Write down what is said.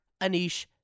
Anish